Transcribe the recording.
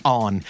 on